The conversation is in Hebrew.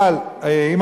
אבל בגלל